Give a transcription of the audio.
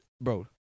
bro